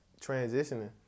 transitioning